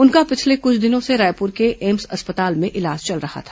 उनका पिछले क्छ दिनों से रायपुर के एम्स अस्पताल में इलाज चल रहा था